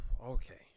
Okay